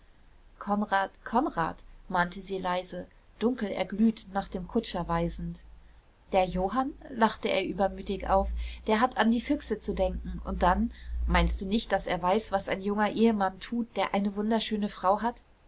konrad konrad mahnte sie leise dunkel erglüht nach dem kutscher weisend der johann lachte er übermütig auf der hat an die füchse zu denken und dann meinst du nicht daß er weiß was ein junger ehemann tut der eine wunderschöne frau hat